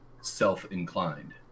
self-inclined